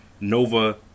Nova